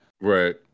Right